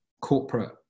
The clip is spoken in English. corporate